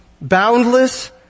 boundless